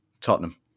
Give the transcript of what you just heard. Tottenham